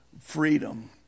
freedom